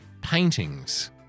paintings